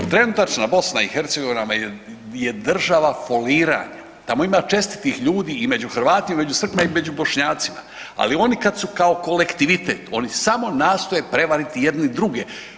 Trenutačna BiH me je držala foliranjem, tamo ima čestitih ljudima i među Hrvatima i među Srbima i među Bošnjacima, ali oni kad su kao kolektivitet oni samo nastoje prevariti jedni druge.